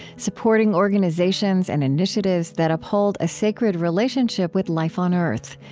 supporting organizations and initiatives that uphold a sacred relationship with life on earth.